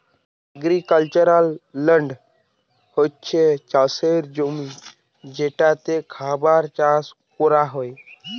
agricultural land হচ্ছে চাষের জমি যেটাতে খাবার চাষ কোরা হয়